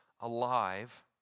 alive